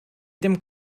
dim